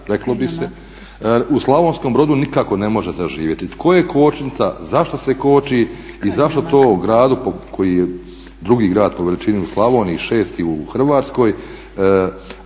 reklo bi se u Slavonskom Brodu nikako ne može zaživjeti? Tko je kočnica, zašto se koči i zašto to u gradu koji je drugi grad po veličini u Slavoniji, šesti u Hrvatskoj,